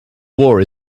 war